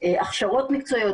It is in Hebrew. הכשרות מקצועיות,